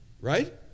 right